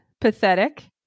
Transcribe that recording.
pathetic